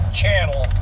channel